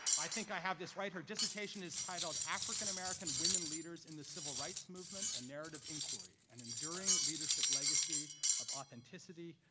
i think i have this right, her dissertation is titled african american women leaders in the civil rights movement, a narrative inquiry, an enduring leadership legacy of authenticity,